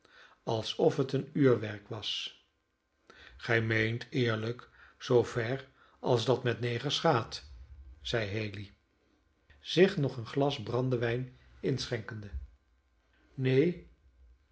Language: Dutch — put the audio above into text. alsof het een uurwerk was gij meent eerlijk zoover als dat met negers gaat zeide haley zich nog een glas brandewijn inschenkende